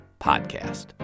podcast